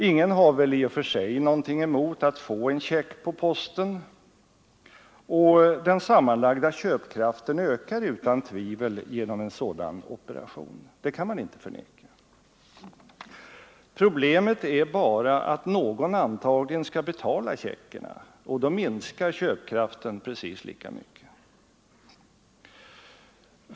Ingen har väl i och för sig något emot att få en check på posten, och den sammanlagda köpkraften ökar utan tvivel genom en sådan operation. Det kan man inte förneka. Problemet är bara att någon antagligen skall betala checkerna, och då minskar köpkraften precis lika mycket.